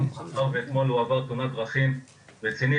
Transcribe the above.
מאחר ואתמול הוא עבר תאונת דרכים רצינית,